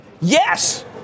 yes